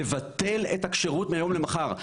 לבטח את הכשרות מהיום למחר.